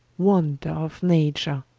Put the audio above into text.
wonder of nature